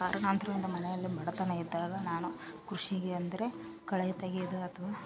ಕಾರಣಾಂತರದಿಂದ ಮನೆಯಲ್ಲಿ ಬಡತನ ಇದ್ದಾಗ ನಾನು ಕೃಷಿಗೆ ಅಂದರೆ ಕಳೆ ತಗೆಯೋದು ಅಥ್ವ